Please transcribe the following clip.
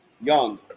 young